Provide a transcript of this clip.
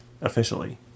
officially